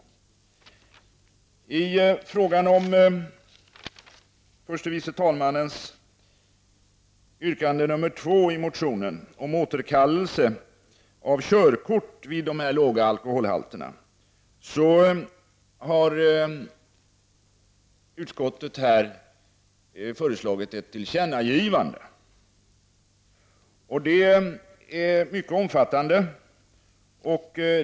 Med anledning av förste vice talmannens yrkande nr 2 i motionen, om att återkallelse av körkort inte skall ske vid låga alkoholhalter, har utskottet föreslagit ett mycket omfattande tillkännagivande.